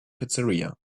pizzeria